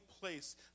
place